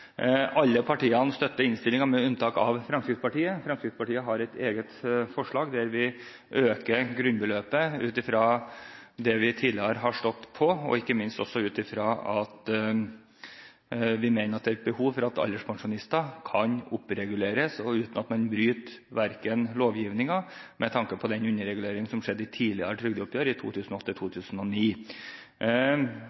Alle partiene støtter innstillingen, med unntak av Fremskrittspartiet. Fremskrittspartiet har et eget forslag, der vi øker grunnbeløpet ut fra det vi tidligere har stått på, og ikke minst også ut fra at vi mener det er behov for at alderspensjonister kan oppreguleres, og uten at man bryter lovgivningen, med tanke på den underreguleringen som skjedde i tidligere trygdeoppgjør i